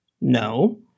No